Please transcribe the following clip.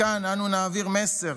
מכאן אנו נעביר מסר